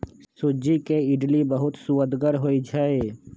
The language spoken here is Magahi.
सूज्ज़ी के इडली बहुत सुअदगर होइ छइ